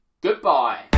goodbye